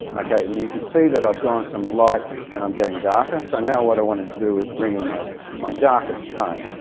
okay and you can see i've gone from light and i'm getting darker, so now what i want and to do is bring in my my darkest tone.